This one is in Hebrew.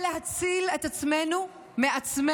לא אמרת שהם מתנהגים כמו ארגון פשע?